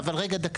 רגע, דקה.